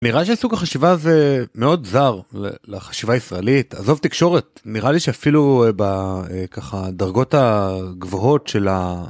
נראה לי שהסוג החשיבה הזה מאוד זר לחשיבה הישראלית, עזוב תקשורת, נראה לי שאפילו ככה בדרגות הגבוהות של ה...